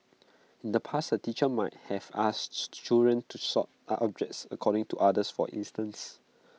in the past A teacher might have asked children to sort are objects according to others for instance